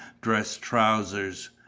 dress-trousers